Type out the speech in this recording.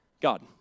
God